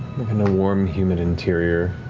in a warm, humid interior,